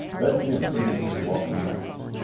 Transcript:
let him bring me the welcome message.